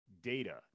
data